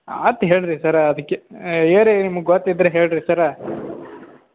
ಆಯ್ತ್ ಹೇಳಿರಿ ಸರ್ರ ಅದಕ್ಕೆ ಏರ್ಯ ನಿಮಗೆ ಗೊತ್ತಿದ್ರೆ ಹೇಳಿರಿ ಸರ್ರ